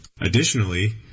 Additionally